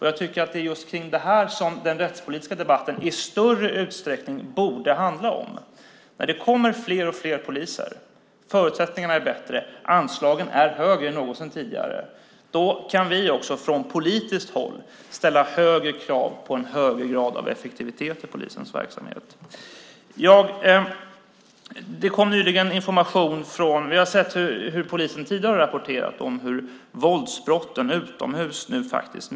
Jag tycker att det är just detta som den rättspolitiska debatten i större utsträckning borde handla om. Det kommer alltså fler och fler poliser. Förutsättningarna är nu bättre och anslagen högre än någonsin tidigare. Då kan också vi från politiskt håll ställa högre krav på en högre grad av effektivitet i polisens verksamhet. Vi har sett att polisen tidigare har rapporterat om att våldsbrotten utomhus nu minskar.